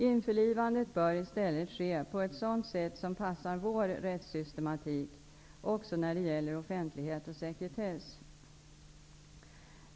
Införlivandet bör i stället ske på ett sådant sätt som passar vår rättssystematik, också när det gäller offentlighet och sekretess.